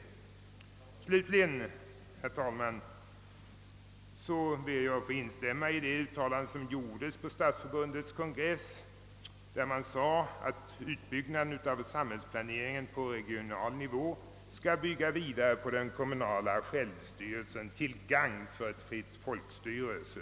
Slutligen, herr talman, ber jag att få instämma i ett uttalande som gjordes på Stadsförbundets kongress. Det sades att utbyggnaden av samhällsplaneringen på regional nivå bör bygga vidare på den kommunala självstyrelsen till gagn för en fri folkstyrelse.